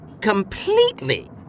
completely